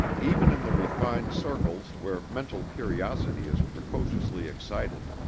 even in the refined circles where mental curiosity is precociously excited,